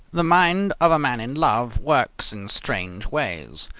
the mind of a man in love works in strange ways.